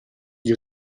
gli